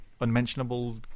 unmentionable